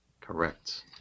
Correct